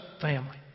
family